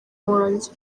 wanjye